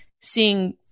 seeing